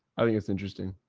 oh, that's interesting.